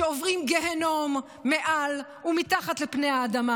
שעוברים גיהינום מעל ומתחת לפני האדמה